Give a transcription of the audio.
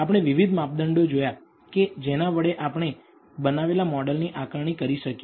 આપણે વિવિધ માપદંડ જોયા કે જેના વડે આપણે બનાવેલા મોડલની નક્કી કરી શકીએ